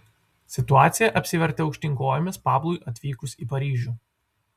situacija apsivertė aukštyn kojomis pablui atvykus į paryžių